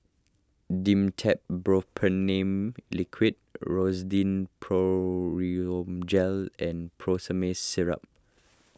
Dimetapp Liquid Rosiden Gel and Syrup